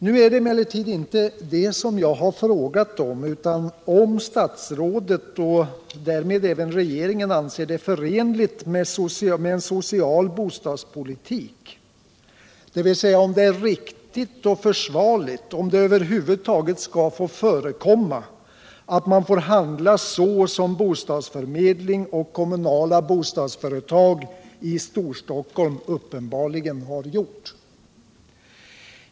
Nu är det emellertid inte det som jag har frågat om utan det är om statsrådet och därmed även regeringen anser det förenligt med en social bostadspolitik, dvs. om det är riktigt och försvarligt, om det över huvud taget skall få förekomma att man handlar så som bostadsförmedling och kommunala bostadsföretag i Storstockholm uppenbarligen har gjort.